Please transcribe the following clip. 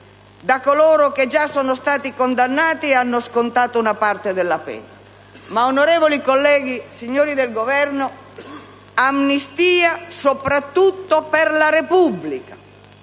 da coloro che sono già sono stati condannati e hanno scontato una parte della pena. Ma onorevoli colleghi, signori del Governo, amnistia soprattutto per la Repubblica